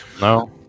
No